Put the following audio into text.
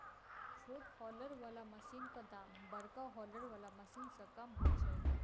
छोट हौलर बला मशीनक दाम बड़का हौलर बला मशीन सॅ कम होइत छै